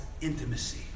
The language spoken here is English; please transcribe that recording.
intimacy